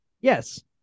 Yes